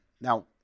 Now